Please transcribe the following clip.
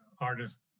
artist